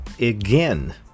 Again